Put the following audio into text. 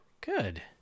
Good